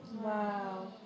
Wow